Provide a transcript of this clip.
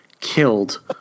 killed